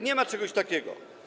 Nie ma czegoś takiego.